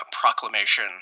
proclamation